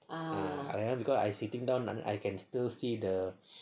ah kan because I sitting down I can still see the